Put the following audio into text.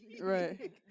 Right